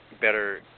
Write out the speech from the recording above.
better